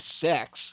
sex